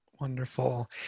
Wonderful